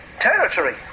territory